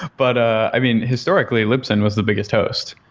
but, i mean, historically, libsyn was the biggest host,